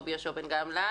רבי יהושע בן גמלא,